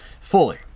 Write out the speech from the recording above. fully